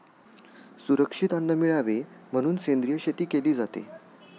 सुरक्षित अन्न मिळावे म्हणून सेंद्रिय शेती केली जाते